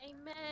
Amen